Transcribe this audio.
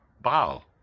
Ba-L